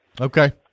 Okay